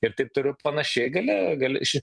ir taip toliau ir panašiai galia gali ši